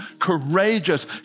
courageous